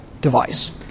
device